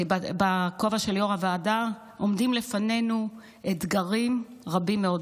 בכובע של יו"ר הוועדה: עומדים לפנינו אתגרים רבים מאוד,